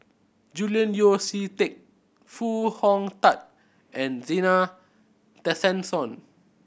Julian Yeo See Teck Foo Hong Tatt and Zena Tessensohn